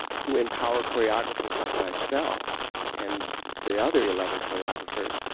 who empower choreographers like myself and the other eleven choreographers,